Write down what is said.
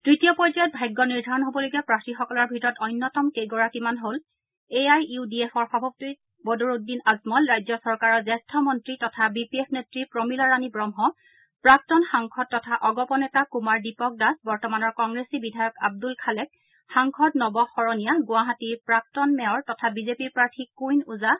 তৃতীয় পৰ্যায়ত ভাগ্য নিৰ্ধাৰণ হ'বলগীয়া প্ৰাৰ্থীসকলৰ ভিতৰত অন্যতম কেইগৰাকীমান হ'ল এ আই ইউ ডি এফৰ সভাপতি বদৰুদ্দিন আজমল ৰাজ্য চৰকাৰৰ জ্যেষ্ঠ মন্ত্ৰী তথা বি পি এফ নেত্ৰী প্ৰমীলাৰাণী ব্ৰহ্ম প্ৰাক্তন সাংসদ তথা অগপ নেতা কুমাৰ দীপক দাস বৰ্তমানৰ কংগ্ৰেছী বিধায়ক আব্দুল খালেক সাংসদ নৱ শৰণীয়া গুৱাহাটীৰ প্ৰাক্তন মেয়ৰ তথা বিজেপি প্ৰাৰ্থী কুইন ওজা